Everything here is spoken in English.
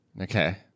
Okay